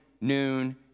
noon